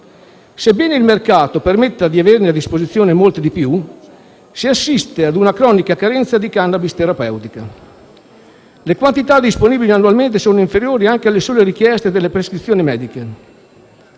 Sebbene il mercato permetta di averne a disposizione molta di più, si assiste a una cronica carenza di *cannabis* terapeutica. Le quantità disponibili annualmente sono inferiori anche alle sole richieste delle prescrizioni mediche.